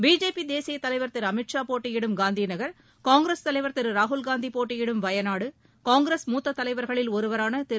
BJP தேசிய தலைவர் திரு அமித்ஷா போட்டியிடும் காந்திநகர் காங்கிரஸ் தலைவர் திரு ராகுல்காந்தி போட்டியிடும் வயநாடு காங்கிரஸ் மூத்த தலைவர்களில் ஒருவரான திரு